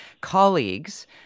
colleagues